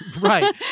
right